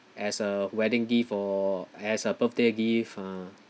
as a wedding gift or as a birthday gift ah